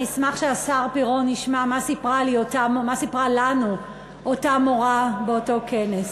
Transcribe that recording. אני אשמח שהשר פירון ישמע מה סיפרה לנו אותה מורה באותו כנס.